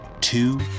two